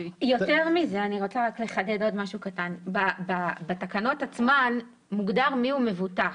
יתרה מזאת, בתקנות עצמן מוגדר מיהו מבוטח.